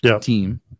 team